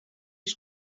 has